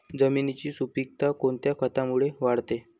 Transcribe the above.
जमिनीची सुपिकता कोणत्या खतामुळे वाढते?